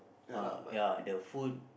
uh ya the food